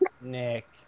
Nick